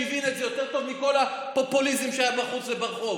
שהבין את זה יותר טוב מכל הפופוליזם שהיה בחוץ וברחוב.